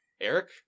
Eric